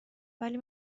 ولی